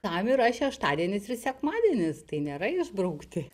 tam yra šeštadienis ir sekmadienis tai nėra išbraukti